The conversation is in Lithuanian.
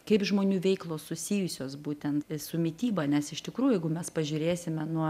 kaip žmonių veiklos susijusios būtent su mityba nes iš tikrųjų jeigu mes pažiūrėsime nuo